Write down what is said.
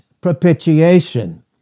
propitiation